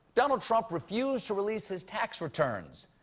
donald trump refused to release his tax returns,